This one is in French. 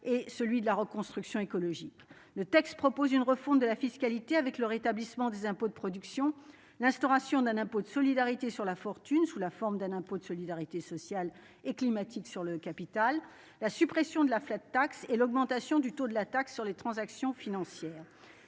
et celui de la reconstruction écologique, le texte propose une refonte de la fiscalité avec le rétablissement des impôts de production, l'instauration d'un impôt de solidarité sur la fortune, sous la forme d'un impôt de solidarité sociale et climatique sur le capital, la suppression de la flat tax et l'augmentation du taux de la taxe sur les transactions financières,